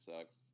sucks